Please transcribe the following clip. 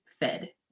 fed